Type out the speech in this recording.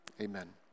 Amen